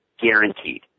guaranteed